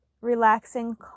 relaxing